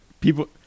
people